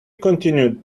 continued